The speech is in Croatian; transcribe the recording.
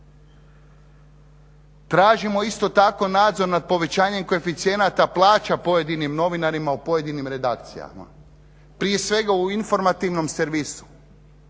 Tražimo isto tako nadzor nad povećanjem koeficijenata plaća pojedinim novinarima u pojedinim redakcijama, prije svega u informativnom servisu.